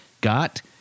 got